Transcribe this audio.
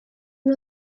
nhw